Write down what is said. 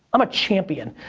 i'm a champion.